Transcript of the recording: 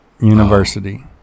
University